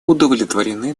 удовлетворены